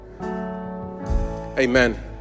Amen